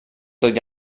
tot